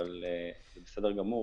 אבל זה בסדר גמור,